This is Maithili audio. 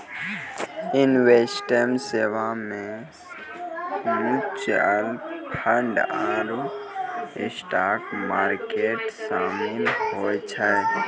इन्वेस्टमेंट सेबा मे म्यूचूअल फंड आरु स्टाक मार्केट शामिल होय छै